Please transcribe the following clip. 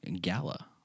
gala